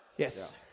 Yes